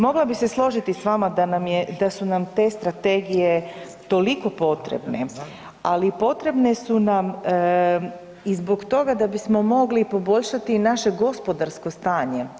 Mogla bih se složiti s vama da su nam te strategije toliko potrebne, ali i potrebne su nam i zbog toga da bismo mogli poboljšati i naše gospodarsko stanje.